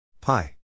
pi